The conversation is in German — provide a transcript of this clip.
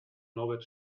norbert